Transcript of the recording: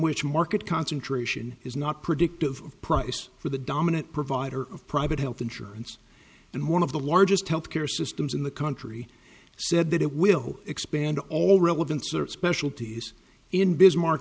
which market concentration is not predictive price for the dominant provider of private health insurance and one of the largest health care systems in the country said that it will expand all relevant search specialties in bismarck